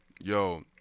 Yo